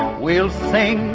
we'll sing,